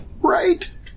right